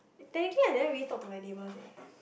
technically I never really talk to my neighbours eh